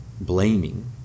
blaming